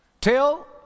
till